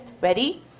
Ready